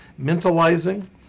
mentalizing